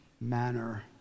manner